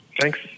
Thanks